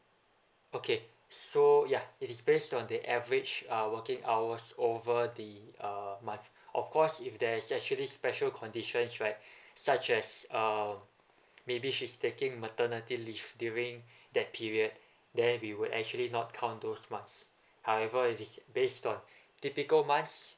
okay so ya it's based on the average uh working hours over the uh month of course if there is actually special condition right such as um maybe she's taking maternity leave during that period then we would actually not count those months however this is based on typical months